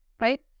right